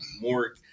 More